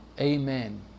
Amen